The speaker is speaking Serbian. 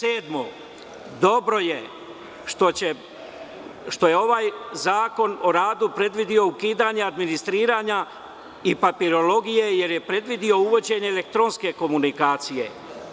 Sedmo, dobro je što je ovaj Zakon o radu predvideo ukidanja administriranja i papirologije jer je predvideo uvođenje elektronske komunikacije.